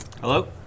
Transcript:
Hello